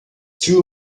two